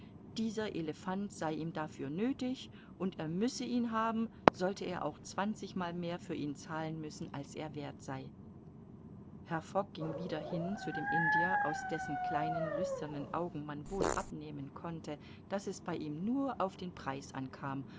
dieser elephant sei ihm dafür nöthig und er müsse ihn haben sollte er auch zwanzigmal mehr für ihn zahlen müssen als er werth sei herr fogg ging wieder hin zu dem indier aus dessen kleinen lüsternen augen man wohl abnehmen konnte daß es bei ihm nur auf den preis ankam